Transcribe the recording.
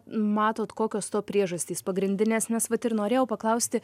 matot kokios to priežastys pagrindinės nes vat ir norėjau paklausti